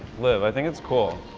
liv, i think it's cool.